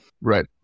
Right